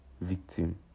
victim